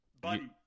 buddy